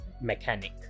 mechanic